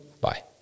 Bye